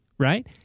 Right